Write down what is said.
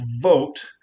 vote